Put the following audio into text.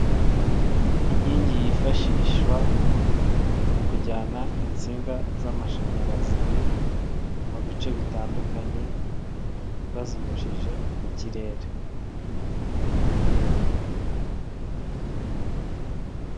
Inkingi yifashishwa mu kujyana insinga z'amashanyarazi mu bice bitandukanye bazinyujije mu kirere.